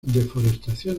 deforestación